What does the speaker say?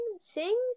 sing